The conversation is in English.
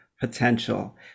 potential